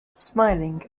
smiling